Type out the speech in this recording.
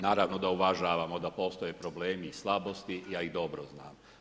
Naravno da uvažavamo da postoje problemi i slabosti, ja ih dobro znam.